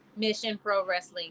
missionprowrestling